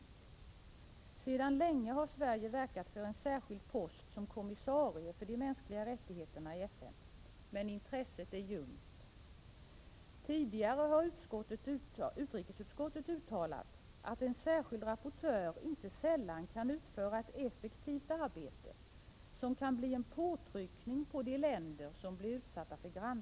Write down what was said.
Sedan och rätten till självbestämmande länge har Sverige verkat för en särskild post som kommissarie för de mänskliga rättigheterna i FN. Men intresset är ljumt. Tidigare har utrikesutskottet uttalat att en särskild rapportör inte sällan kan utföra ett effektivt arbete som kan bli en påtryckning på de länder som blir utsatta för granskning.